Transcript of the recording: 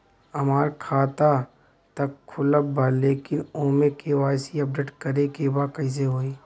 हमार खाता ता खुलल बा लेकिन ओमे के.वाइ.सी अपडेट करे के बा कइसे होई?